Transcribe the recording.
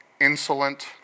insolent